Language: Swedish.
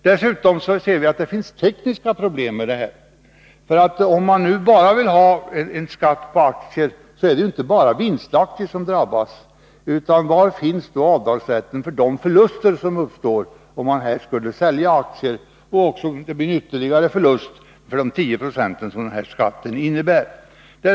Dessutom vet vi att det finns tekniska problem förknippade med detta. Om man nu vill ha en skatt på aktier är det inte bara vinstaktier som drabbas. Var finns då avdragsrätten för de förluster som kan uppstå när man säljer aktier? Det blir ytterligare en förlust genom den föreslagna skatten på 10 96.